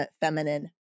feminine